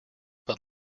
but